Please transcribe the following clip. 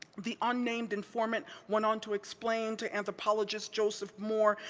the unnamed informant went on to explain to anthropologist joseph moore,